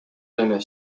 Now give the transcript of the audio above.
täna